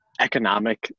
economic